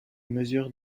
mesures